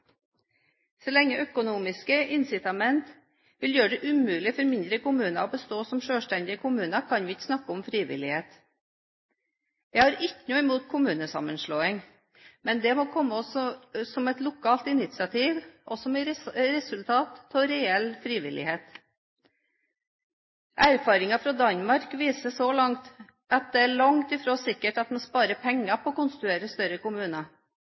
Så lenge økonomiske incitamenter vil gjøre det umulig for mindre kommuner å bestå som selvstendige kommuner, kan vi ikke snakke om frivillighet. Jeg har ikke noe imot kommunesammenslåing, men det må komme som et lokalt initiativ og som resultat av reell frivillighet. Erfaringer fra Danmark viser at det langt fra er sikkert at man sparer penger på å konstruere større kommuner,